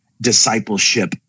discipleship